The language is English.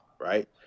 right